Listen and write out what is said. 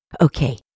Okay